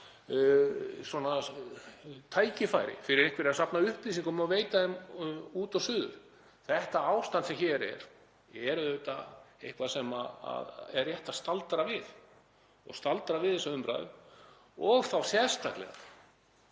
viðskiptatækifæri fyrir einhverja að safna upplýsingum og veita þeim út og suður. Þetta ástand sem hér er er auðvitað eitthvað sem er rétt að staldra við og staldra við þessa umræðu og þá sérstaklega